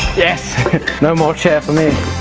no more chair for me!